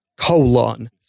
colon